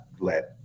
let